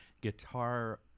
guitar